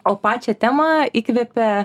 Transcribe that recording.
o pačią temą įkvėpė